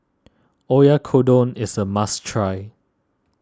Oyakodon is a must try